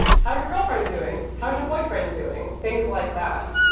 how's your girlfriend doing? how's your boyfriend doing things like that.